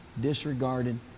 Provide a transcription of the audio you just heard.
disregarded